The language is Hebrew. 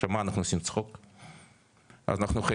מה, אנחנו עושים צחוק?